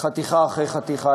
חתיכה אחרי חתיכה.